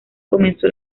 comenzó